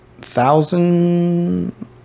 thousand